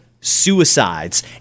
suicides